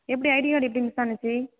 எப்படி ID card எப்படி miss ஆணுச்சு